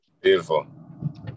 beautiful